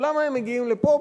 למה הם מגיעים לפה?